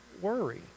worry